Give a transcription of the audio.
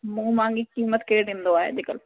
मुंहुं मांगी क़ीमत केरु ॾींदो आहे अॼुकल्ह